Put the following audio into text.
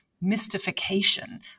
mystification